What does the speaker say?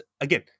again